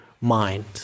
mind